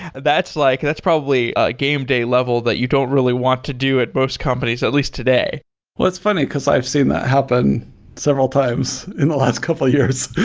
that's like that's probably a game day level that you don't really want to do at most companies, at least today well, it's funny, because i've seen that happen several times in the last couple of years,